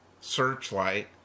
searchlight